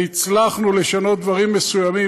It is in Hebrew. והצלחנו לשנות דברים מסוימים,